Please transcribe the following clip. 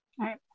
Right